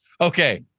Okay